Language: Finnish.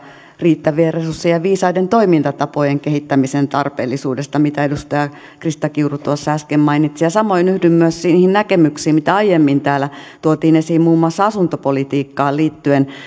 riittävien resurssien ja viisaiden toimintatapojen kehittämisen tarpeellisuudesta mitä edustaja krista kiuru tuossa äsken mainitsi ja samoin yhdyn myös niihin näkemyksiin mitä aiemmin täällä tuotiin esiin muun muassa asuntopolitiikkaan liittyen